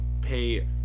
pay